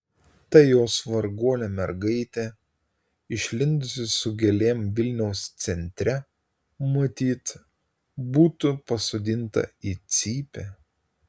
ta jos varguolė mergaitė išlindusi su gėlėm vilniaus centre matyt būtų pasodinta į cypę